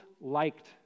liked